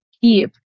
keep